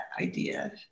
idea